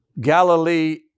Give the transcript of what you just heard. Galilee